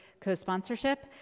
co-sponsorship